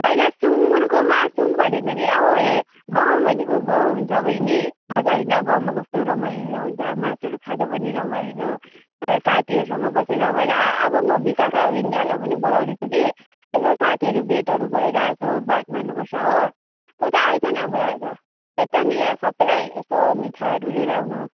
होइन सुँगुरको मासु भनेको नि अब हेर गाउँ भनेको गाउँ हुन्छ अब नि थाहा छ होइन गाउँमा कस्तो रमाइलो हुन्छ अब मासुहरू खाँदा पनि रमाइलो साथीहरूसँग बस्दा रमाइलो अब म बिशाखा बिन्ध्याहरूलाई पनि बोलाउँदैछु कि यसो साथीहरू भेटहरू भएर यसो बात मार्नुपर्छ हो तँ तै आइज न भइहाल्छ त्यहाँनिर सबैलाई यसो मिठाईहरू लिएर आउनु